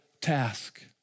task